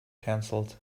cancelled